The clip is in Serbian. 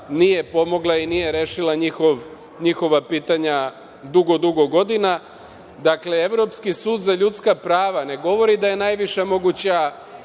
nije pomogla i nije rešila njihova pitanja dugo, dugo godina, dakle Evropski sud za ljudska prava ne govori da je najviša naknada